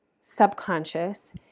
subconscious